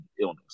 illness